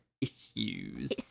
issues